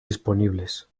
disponibles